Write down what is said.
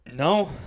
no